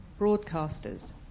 broadcasters